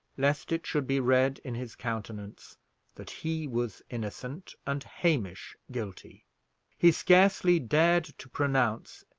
lest it should be read in his countenance that he was innocent, and hamish guilty he scarcely dared to pronounce,